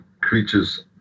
creatures